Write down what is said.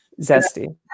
Zesty